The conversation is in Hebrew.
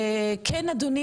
אתה רוצה להגיד משהו?